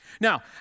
Now